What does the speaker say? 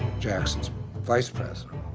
jackson's vice president,